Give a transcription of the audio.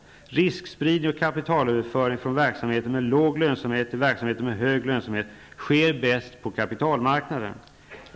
Riskspridning och kapitalöverföring från verksamheter med låg lönsamhet till verksamheter med hög lönsamhet sker bäst på kapitalmarknaden.